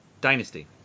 Dynasty